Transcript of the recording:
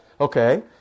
Okay